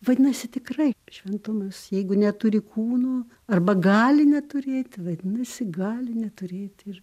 vadinasi tikrai šventumas jeigu neturi kūno arba gali neturėti vadinasi gali neturėti ir